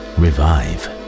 revive